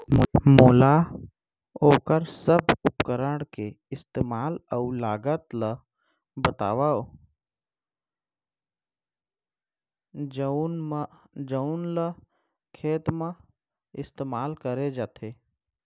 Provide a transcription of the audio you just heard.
मोला वोकर सब उपकरण के इस्तेमाल अऊ लागत ल बतावव जउन ल खेत म इस्तेमाल करे जाथे?